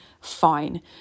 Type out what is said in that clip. fine